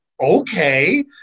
okay